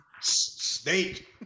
Snake